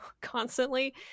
constantly